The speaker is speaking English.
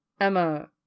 Emma